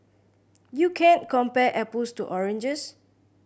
you can't compare apples to oranges